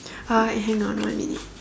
uh wait hang on one minute